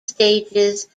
stages